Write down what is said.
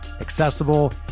accessible